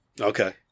okay